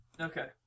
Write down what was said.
Okay